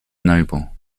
noble